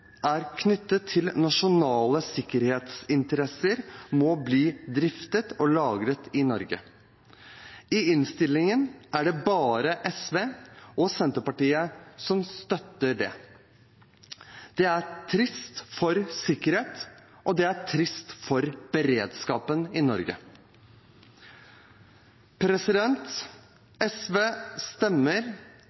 er knyttet til nasjonale sikkerhetsinteresser, må bli driftet og lagret i Norge. I innstillingen er det bare SV og Senterpartiet som støtter det. Det er trist for sikkerheten, og det er trist for beredskapen i Norge. SV stemmer